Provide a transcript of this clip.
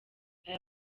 aya